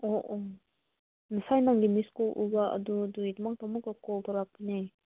ꯑꯣ ꯑꯣ ꯉꯁꯥꯏ ꯅꯪꯒꯤ ꯃꯤꯁ ꯀꯣꯜ ꯎꯕ ꯑꯗꯨ ꯑꯗꯨꯒꯤꯗꯃꯛꯇ ꯑꯃꯨꯛꯀ ꯀꯣꯜ ꯇꯧꯔꯀꯄꯅꯦ